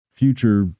future